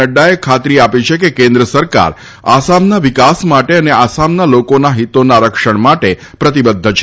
નફાએ ખાત્રી આપી છે કે કેન્દ્ર સરકાર આસામના વિકાસ માટે અને આસામના લોકોના હિતોના રક્ષણ માટે પ્રતિબદ્ધ છે